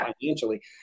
financially